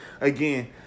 again